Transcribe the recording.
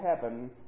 heaven